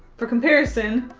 for comparison,